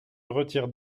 retire